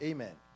Amen